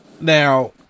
Now